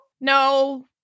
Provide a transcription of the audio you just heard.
No